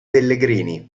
pellegrini